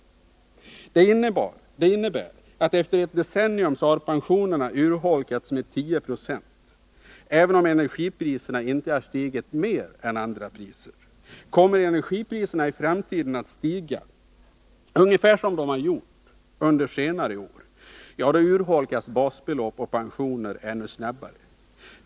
Det innebär att efter ett decennium så har pensionerna urholkats med 10 20, även om energipriserna inte har stigit mer än andra priser. Kommer energipriserna i framtiden att stiga ungefär som de har gjort under senare år, då urholkas basbelopp och pensioner ännu snabbare.